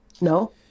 No